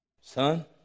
Son